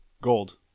Gold